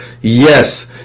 yes